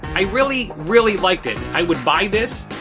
i really really liked it i would buy this.